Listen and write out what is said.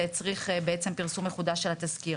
זה הצריך בעצם פרסום מחודש של התזכיר,